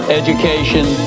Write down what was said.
education